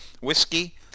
whiskey